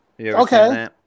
Okay